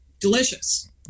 delicious